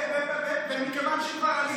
הוא מהקואליציה.